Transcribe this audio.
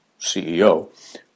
CEO